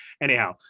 Anyhow